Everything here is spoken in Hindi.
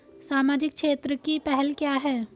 सामाजिक क्षेत्र की पहल क्या हैं?